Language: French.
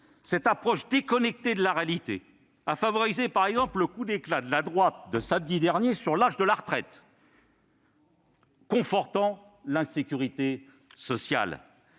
Cette approche déconnectée de la réalité a favorisé le coup d'éclat de la droite, samedi dernier, sur l'âge de la retraite, confortant ainsi l'insécurité sociale.